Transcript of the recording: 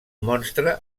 monstre